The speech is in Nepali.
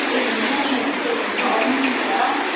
ए हुन्छ नि के हुन्छ आउनु नि त ल